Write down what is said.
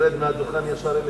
אני יורד מהדוכן ישר אליך.